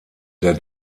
der